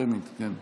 שמית, כן.